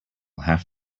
have